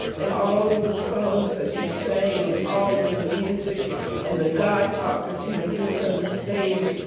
and all of the songs that she sang, and all of the music and the god talk that she would do from the stage,